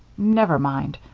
never mind.